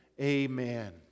Amen